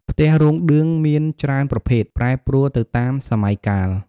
ផ្ទះរោងឌឿងមានច្រើនប្រភេទ ប្រែប្រួលទៅតាមសម័យកាល។